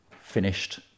finished